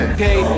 Okay